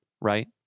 right